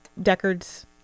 Deckard's